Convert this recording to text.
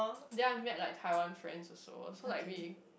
then I met like Taiwan friends also so like we